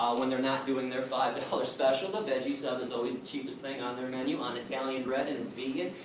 um when they're not doing their five dollars special, the veggie sub is always the cheapest thing on their menu, on italian bread and it's vegan.